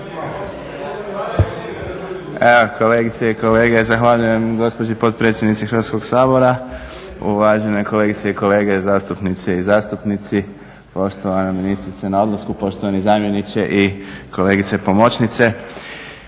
Kolegice i kolege, zahvaljujem gospođi potpredsjednici Hrvatskog sabora. Uvažene kolegice i kolege, zastupnice i zastupnici, poštovana ministrice na odlasku, poštovani zamjeniče i kolegice pomoćnice.